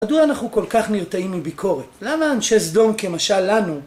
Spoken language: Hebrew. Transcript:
מדוע אנחנו כל כך נרתעים מביקורת? למה אנשי סדום כמשל לנו